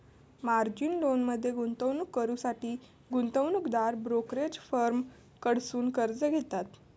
margin लोनमध्ये गुंतवणूक करुसाठी गुंतवणूकदार ब्रोकरेज फर्म कडसुन कर्ज घेता